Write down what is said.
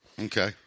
Okay